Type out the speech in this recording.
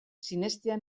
sinestea